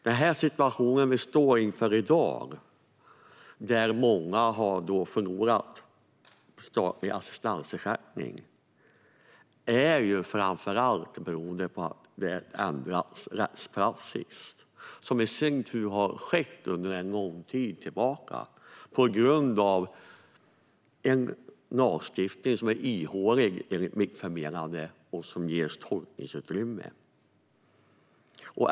Den situation vi står inför i dag, där många har förlorat statlig assistansersättning, har framför allt att göra med att rättspraxis har ändrats. Förändringen av rättspraxis har i sin tur pågått sedan lång tid tillbaka, vilket beror på en lagstiftning som enligt mitt förmenande är ihålig och ger tolkningsutrymme.